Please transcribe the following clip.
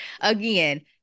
again